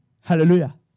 Hallelujah